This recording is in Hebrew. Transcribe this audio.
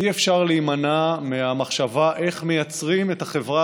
אי-אפשר להימנע מהמחשבה איך מייצרים את החברה